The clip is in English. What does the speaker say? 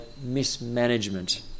mismanagement